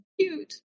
cute